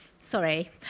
Sorry